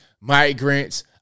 migrants